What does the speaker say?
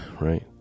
right